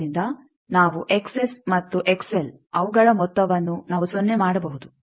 ಆದ್ದರಿಂದ ನಾವು ಮತ್ತು ಅವುಗಳ ಮೊತ್ತವನ್ನು ನಾವು ಸೊನ್ನೆ ಮಾಡಬಹುದು